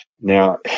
now